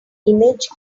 image